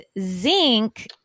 zinc